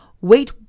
Wait